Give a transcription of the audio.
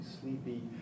sleepy